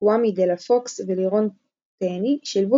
קוואמי דה-לה פוקס ולירון תאני שילבו